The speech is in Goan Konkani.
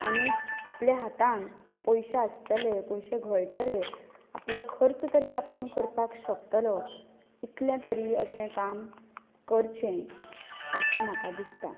आनी आपल्या हातांत पयशे आसतले पयशे गळटले आपलो खर्च तरी आपूण करपाक शकतलो इतलें तरी अशें काम करचें अशें म्हाका दिसता